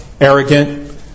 arrogant